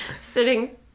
sitting